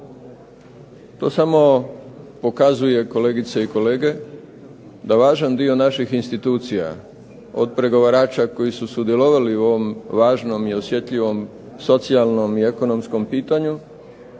To samo pokazuje kolegice i kolege, da važan dio naših institucija od pregovarača koji su sudjelovali u ovom važnom i osjetljivom, socijalnom i ekonomskom pitanju,